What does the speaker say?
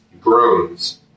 Groans